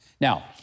Now